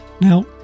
Now